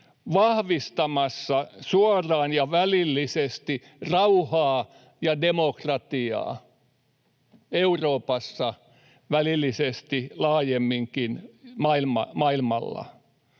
vahvistamassa suoraan ja välillisesti rauhaa ja demokratiaa Euroopassa, välillisesti laajemminkin maailmalla.